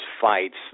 fights